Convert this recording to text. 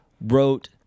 wrote